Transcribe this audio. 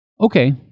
Okay